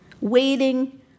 waiting